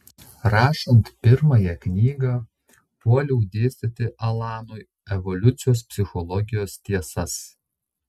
rašant pirmąją knygą puoliau dėstyti alanui evoliucijos psichologijos tiesas